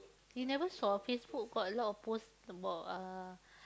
you never saw Facebook got a lot post about uh